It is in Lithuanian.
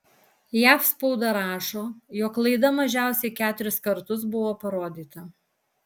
jav spauda rašo jog laida mažiausiai keturis kartus buvo parodyta